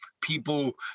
people